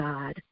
God